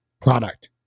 product